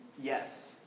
yes